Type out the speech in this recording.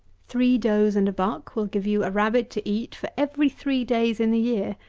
three does and a buck will give you a rabbit to eat for every three days in the year,